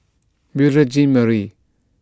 Beurel Jean Marie